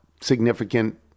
significant